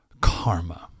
karma